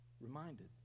reminded